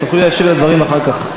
תוכלי להשיב לדברים אחר כך.